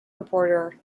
reporter